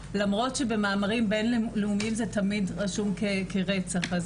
למרות שבמאמרים בינלאומיים זה תמיד רשום כרצח.